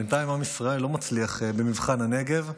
בינתיים עם ישראל לא מצליח במבחן הנגב,